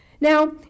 Now